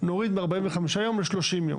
נוריד מ-45 יום ל-30 יום.